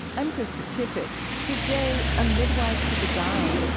i'm krista tippett. today, a midwife to the dying,